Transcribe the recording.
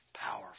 powerful